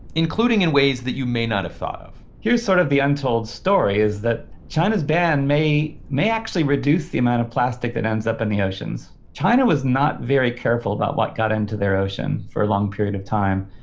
including in ways that you may not have thought of here's sort of the untold story is that china's ban may may actually reduce the amount of plastic that ends up in the oceans. china was not very careful about what got into their ocean for a long period of time.